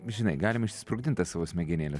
žinai galim išsisprogdint tas savo smegenėles